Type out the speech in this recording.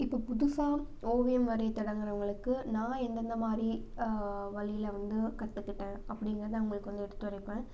இப்போ புதுசாக ஓவியம் வரைய தொடங்குகிறவங்களுக்கு நான் எந்தெந்த மாதிரி வழியில் வந்து கற்றுக்கிட்டேன் அப்டிங்கிறத அவங்களுக்கு வந்து எடுத்துரைப்பேன்